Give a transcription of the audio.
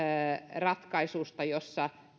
ratkaisusta jossa